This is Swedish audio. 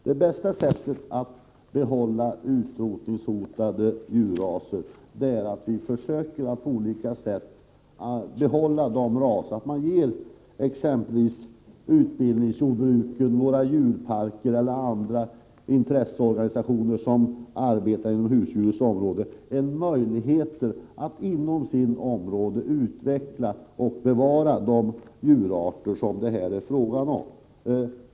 Det bästa sättet att behålla utrotningshotade djurraser är att ge exempelvis utbildningsjordbruken, våra djurparker eller andra intresseorganisationer, som arbetar med dessa saker, möjligheter att inom sitt resp. område utveckla och bevara de djurarter det här är fråga om.